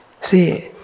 see